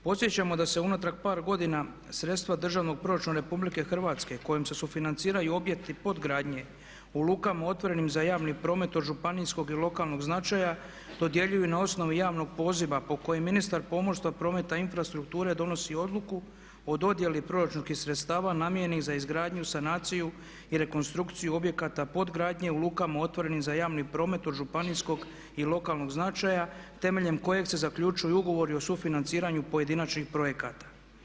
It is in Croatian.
Podsjećamo da se unatrag par godina sredstva Državnog proračuna Republike Hrvatske kojim se sufinanciraju objekti podgradnje u lukama otvorenim za javni promet od županijskog i lokalnog značaja dodjeljuju na osnovi javnog poziva po kojem ministar pomorstva, prometa i infrastrukture donosi odluku o dodjeli proračunskih sredstava namijenjenih za izgradnju, sanaciju i rekonstrukciju objekata podgradnje u lukama otvorenim za javni promet od županijskog i lokalnog značaja temeljem kojeg se zaključuju ugovori o sufinanciranju pojedinačnih projekata.